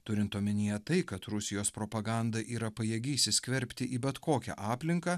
turint omenyje tai kad rusijos propaganda yra pajėgi įsiskverbti į bet kokią aplinką